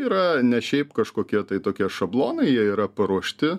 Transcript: yra ne šiaip kažkokie tai tokie šablonai jie yra paruošti